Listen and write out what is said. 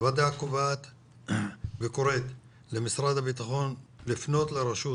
הוועדה קובעת וקוראת למשרד הבטחון לפנות לרשות